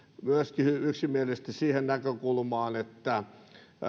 myöskin yksimielisesti siihen näkökulmaan että